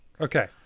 okay